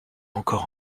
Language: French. encore